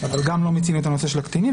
אבל גם לא מיצינו את הנושא של הקטינים,